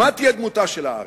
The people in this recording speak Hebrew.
מה תהיה דמותה של הארץ.